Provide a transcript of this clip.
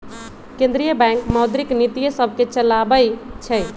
केंद्रीय बैंक मौद्रिक नीतिय सभके चलाबइ छइ